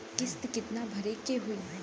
किस्त कितना भरे के होइ?